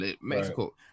Mexico